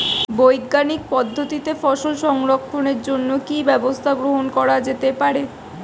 বৈজ্ঞানিক পদ্ধতিতে ফসল সংরক্ষণের জন্য কি ব্যবস্থা গ্রহণ করা যেতে পারে?